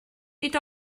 nid